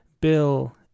Bill